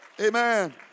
Amen